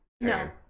No